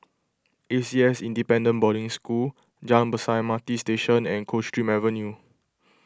A C S Independent Boarding School Jalan Besar M R T Station and Coldstream Avenue